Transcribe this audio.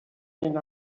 این